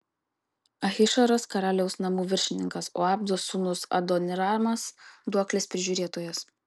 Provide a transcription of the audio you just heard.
ahišaras karaliaus namų viršininkas o abdos sūnus adoniramas duoklės prižiūrėtojas